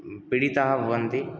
पीडिताः भवन्ति